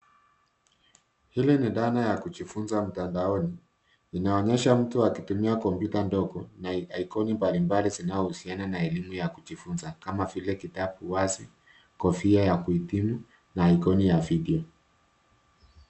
Hili ni dhana ya kujifunza mtandaoni. Inaonyesha mtu akitumia kompyuta ndogo na aikoni mbalimbali zinazohusiana na elimu ya kujifunza kama vile kitabu wazi, kofia ya kuhitimu na aikoni ya video